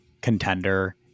contender